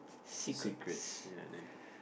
secrets